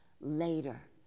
later